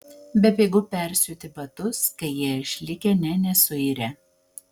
bepigu persiūti batus kai jie išlikę nė nesuirę